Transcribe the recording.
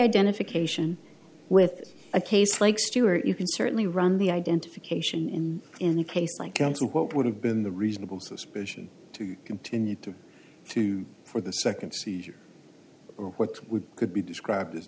identification with a case like stewart you can certainly run the identification in any case like cancel what would have been the reasonable suspicion to continue to to for the second seizure or what would could be described as